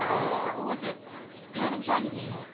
zahra, or was it kind of jaggedy?